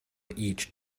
each